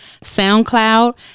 SoundCloud